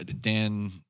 Dan